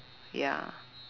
ya